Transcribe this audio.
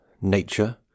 nature